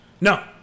No